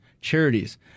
Charities